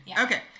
Okay